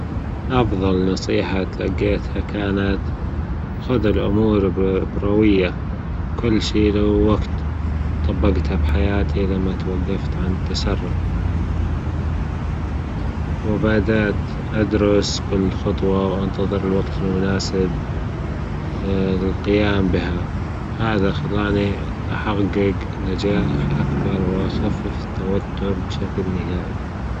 أفضل نصيحة تلجيتها كانت خذ الأمور بروية، كل شي له وجت طبجتها في حياتي لما توجفت عن التسرع، وبدأت أدرس كل خطوة وأنتظر الوجت المناسب للقيام بها، هذا خلاني أحجج نجاح أكبر وأخفف التوتر بشكل نهائي.